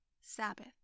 Sabbath